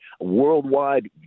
Worldwide